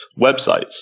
websites